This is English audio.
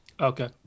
Okay